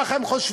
כך הם חושבים.